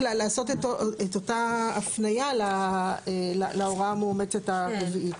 לעשות את אותה הפנייה להוראה המאומצת הרביעית.